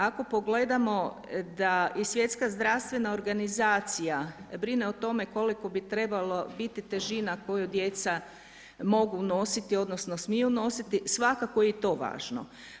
Ako pogledamo da je Svjetska zdravstvena organizacija brine o tome koliko bi trebalo biti težina koju djeca mogu nositi odnosno smiju nositi, svakako je i to važno.